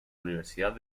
universidad